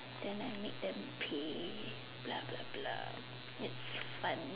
then I make them pay blah blah blah it's fun